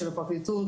של הפרקליטות,